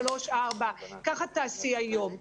ככה תעשי היום.